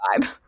vibe